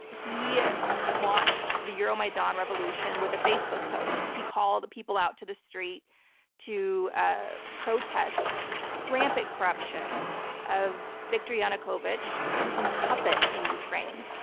he ah launched the euromaidan revolution with a facebook post. he called the people out to the street to ah protest rampant corruption of viktor yanukovych, putin's putin's puppet in ukraine.